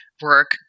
work